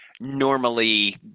normally